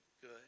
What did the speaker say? good